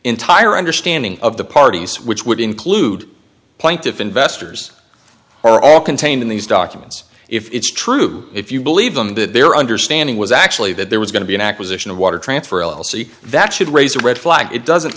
entire understanding of the parties which would include plaintiff investors are all contained in these documents if it's true if you believe them that their understanding was actually that there was going to be an acquisition of water transfer l l c that should raise a red flag it doesn't